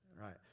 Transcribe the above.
right